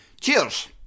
Cheers